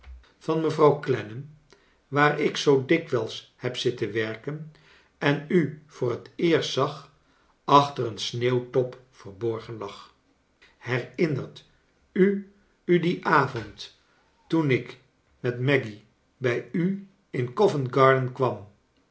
van mevrouw clennam waar ik zoo dikwij is heb zitten werken en u voor het eerst zag achter een sneeuwtop verborgen lag herinnert u u dieii avond nog toen ik met maggy bij u in covent garden kwam